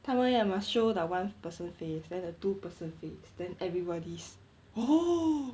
他们要 must show like one person face then the two person face then everybody's